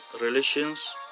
relations